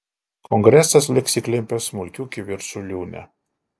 kongresas liks įklimpęs smulkių kivirčų liūne